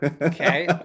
okay